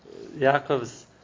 Yaakov's